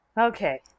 okay